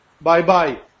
Bye-bye